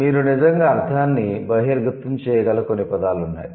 మీరు నిజంగా అర్ధాన్ని బహిర్గతం చేయగల కొన్ని పదాలు ఉన్నాయి